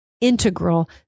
integral